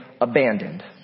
abandoned